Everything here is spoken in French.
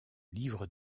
livres